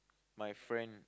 my friend